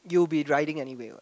you'll be riding anyway what